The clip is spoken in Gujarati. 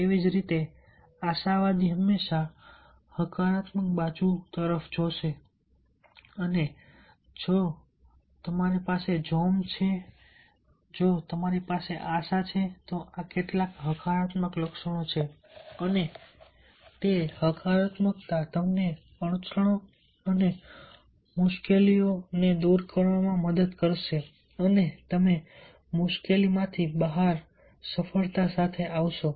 તેવી જ રીતે આશાવાદી હંમેશા હકારાત્મક બાજુ તરફ જોશે અને જો તમારી પાસે જોમ છે જો તમારી પાસે આશા છે તો આ કેટલાક હકારાત્મક લક્ષણો છે અને તે હકારાત્મકતા તમને અડચણો અને મુશ્કેલીને દૂર કરવામાં મદદ કરશે અને તમે મુશ્કેલીઓમાંથી બહાર સફળતા સાથે આવશો